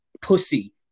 Pussy